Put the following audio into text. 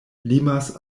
limas